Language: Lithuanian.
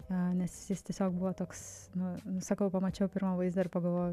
a nes jis tiesiog buvo toks nu sakau pamačiau pirmą vaizdą ir pagalvojau